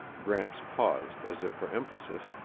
gramps paused as if for emphasis,